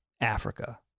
africa